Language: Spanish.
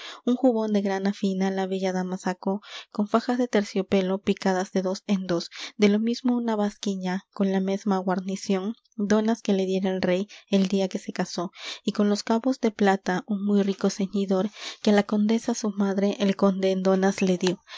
un jubón de grana fina la bella dama sacó con fajas de terciopelo picadas de dos en dos de lo mismo una basquiña con la mesma guarnición donas que le diera el rey el día que se casó y con los cabos de plata un muy rico ceñidor que á la condesa su madre el conde en donas le